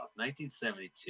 1972